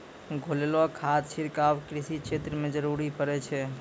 घोललो खाद छिड़काव कृषि क्षेत्र म जरूरी पड़ै छै